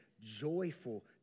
joyful